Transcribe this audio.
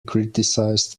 criticized